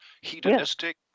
hedonistic